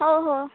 ହଉ ହଉ